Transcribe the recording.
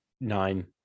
nine